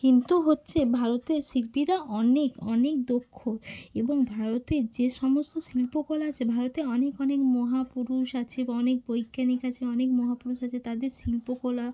কিন্তু হচ্ছে ভারতের শিল্পীরা অনেক অনেক দক্ষ এবং ভারতের যে সমস্ত শিল্পকলা আছে ভারতে অনেক অনেক মহাপুরুষ আছে বা অনেক বৈজ্ঞানিক আছে অনেক মহাপুরুষ আছে তাদের শিল্পকলা